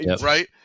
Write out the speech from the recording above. right